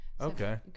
Okay